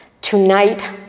Tonight